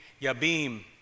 Yabim